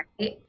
Right